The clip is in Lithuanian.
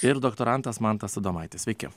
ir doktorantas mantas adomaitis sveiki